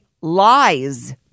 lies